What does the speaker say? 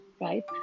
right